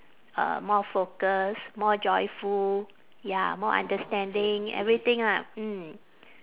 uh more focus more joyful ya more understanding everything lah mm